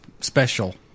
special